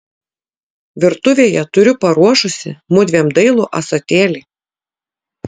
virtuvėje turiu paruošusi mudviem dailų ąsotėlį